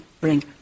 bring